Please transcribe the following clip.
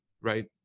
Right